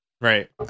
Right